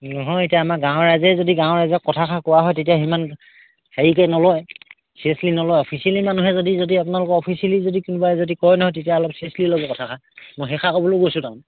নহয় এতিয়া আমাৰ গাঁৱৰ ৰাইজে যদি গাঁৱৰ ৰাইজক কথাষাৰ কোৱা হয় তেতিয়া সিমান হেৰিকৈ নলয় চেচলি নলয় অফিচিয়েলি মানুহে যদি যদি আপোনালোকৰ অফিচিয়েলি যদি কোনোবাই যদি কয় নহয় তেতিয়া অলপ চিয়েচলি ল'ব কথাষাৰ মই সেইষাৰ ক'বলৈয়ো গৈছোঁ তাৰ মানে